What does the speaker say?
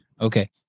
Okay